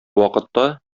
вакытта